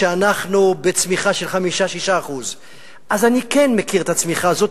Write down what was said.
שאנחנו בצמיחה של 5% 6% אז אני כן מכיר את הצמיחה הזאת,